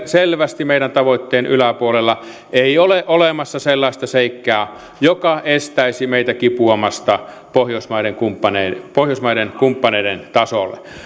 selvästi meidän tavoitteen yläpuolella ei ole olemassa sellaista seikkaa joka estäisi meitä kipuamasta pohjoismaiden kumppaneiden pohjoismaiden kumppaneiden tasolle